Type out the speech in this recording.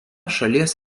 šalies